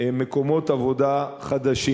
מקומות עבודה חדשים.